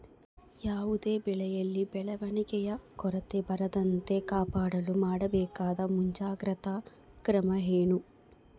ಯಾವುದೇ ಬೆಳೆಯಲ್ಲಿ ಬೆಳವಣಿಗೆಯ ಕೊರತೆ ಬರದಂತೆ ಕಾಪಾಡಲು ಮಾಡಬೇಕಾದ ಮುಂಜಾಗ್ರತಾ ಕ್ರಮ ಏನು?